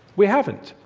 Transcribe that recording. we haven't.